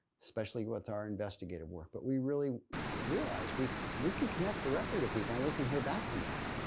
especially with our investigative work but we really realize we we can connect directly to people. we can hear back from them.